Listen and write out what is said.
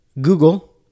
Google